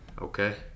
okay